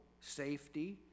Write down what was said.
safety